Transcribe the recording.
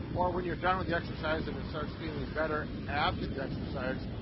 or when you're done with the exercise and it starts feeling better, after the exercise,